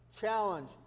challenge